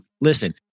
Listen